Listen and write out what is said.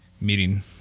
meeting